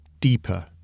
deeper